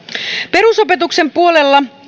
perusopetuksen puolella